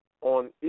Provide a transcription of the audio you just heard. on